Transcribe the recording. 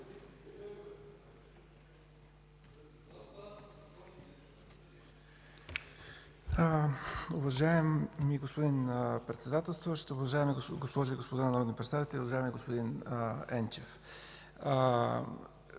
Уважаеми господин Председателстващ, уважаеми госпожи и господа народни представители, уважаеми господин Енчев!